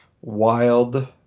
wild